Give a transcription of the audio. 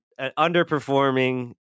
underperforming